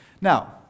Now